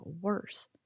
worse